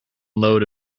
load